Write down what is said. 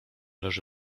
leży